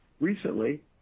Recently